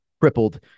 crippled